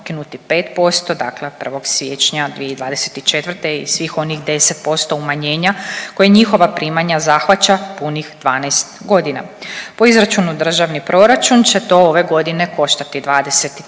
ukinuti 5%, dakle od 1. siječnja 2024. i svih onih 10% umanjenja koje njihova primanja zahvaća punih 12 godina. Po izračunu državni proračun će to ove godine koštati 23,